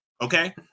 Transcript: okay